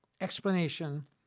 explanation